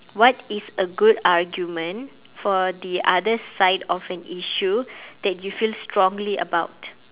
what is a good argument for the other side of an issue that you feel strongly about